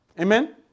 Amen